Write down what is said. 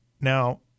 Now